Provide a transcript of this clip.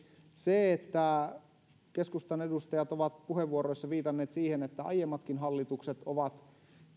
se että keskustan edustajat ovat puheenvuoroissaan viitanneet siihen että aiemmatkin hallitukset ovat